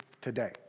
today